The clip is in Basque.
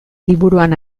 liburuan